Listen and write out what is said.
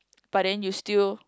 but then you still